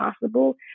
possible